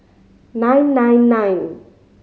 nine nine nine